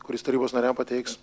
kuris tarybos nariam pateiks